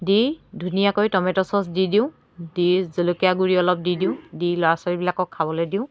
দি ধুনীয়াকৈ tomato sauce দি দিওঁ দি জলকীয়া গুড়ি অলপ দি দিওঁ দি ল'ৰা ছোৱালীবিলাকক খাবলৈ দিওঁ